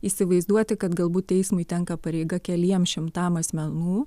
įsivaizduoti kad galbūt teismui tenka pareiga keliem šimtam asmenų